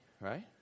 Right